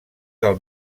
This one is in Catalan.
del